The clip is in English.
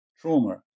trauma